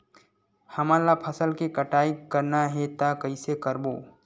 हमन ला फसल के कटाई करना हे त कइसे करबो?